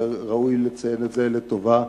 וראוי לציין את זה לטובה.